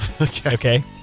Okay